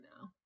now